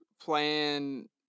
playing